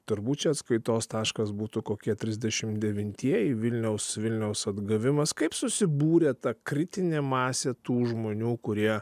turbūt čia atskaitos taškas būtų kokie trisdešimt devintieji vilniaus vilniaus atgavimas kaip susibūrė ta kritinė masė tų žmonių kurie